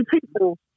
people